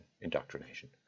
indoctrination